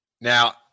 Now